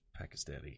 Pakistani